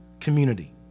community